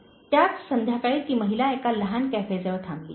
" त्याच संध्याकाळी ती महिला एका लहान कॅफेजवळ थांबली